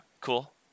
cool